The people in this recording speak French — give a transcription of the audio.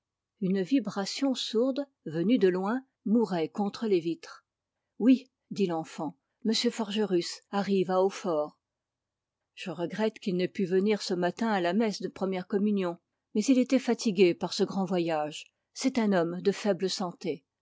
une vibration sourde venue de loin mourait contre les vitres oui dit l'enfant m forgerus arrive à hautfort je regrette qu'il n'ait pu venir ce matin à la messe de première communion mais il était fatigué par ce grand voyage c'est un homme de faible santé